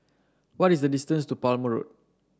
what is the distance to Palmer Road